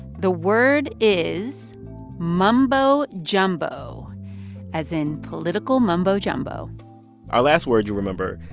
the word is mumbo-jumbo as in political mumbo-jumbo our last word, you remember,